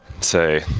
Say